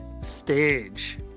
stage